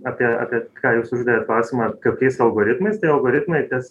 apie apie ką jūs uždavėt klausimą ar kokiais algoritmas tai algoritmai tas